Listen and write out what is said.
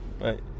Right